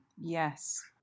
yes